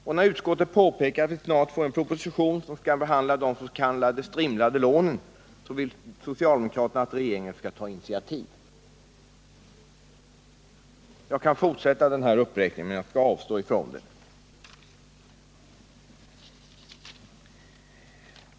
Och när utskottet påpekar att vi snart får en proposition, som skall behandla de s.k. strimlade lånen, vill socialdemokraterna att regeringen skall ta initiativ. Jag kan fortsätta den här uppräkningen, men jag skall avstå från det.